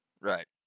Right